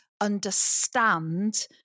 understand